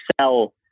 sell